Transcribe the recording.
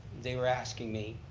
they were asking me.